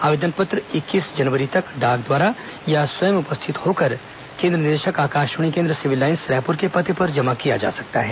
आवेदन पत्र इक्कीस जनवरी तक डाक द्वारा अथवा स्वयं उपस्थित होकर केन्द्र निदेशक आकाशवाणी केन्द्र सिविल लाईन्स रायपुर के पते पर जमा किया जा सकता है